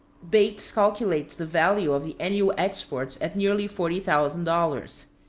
bates calculates the value of the annual exports at nearly forty thousand dollars.